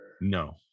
No